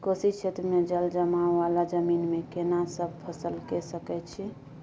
कोशी क्षेत्र मे जलजमाव वाला जमीन मे केना सब फसल के सकय छी?